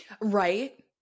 Right